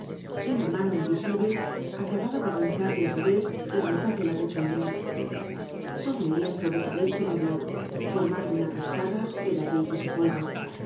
una mano invisible acababa de arrancar de un revés la mitad de la techumbre todo un lienzo de pared se dobló formando una cascada de ladrillos y polvo